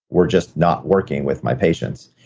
were just not working with my patients,